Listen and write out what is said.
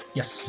yes